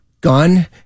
gun